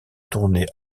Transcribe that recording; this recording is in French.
tourner